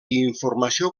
informació